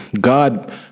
God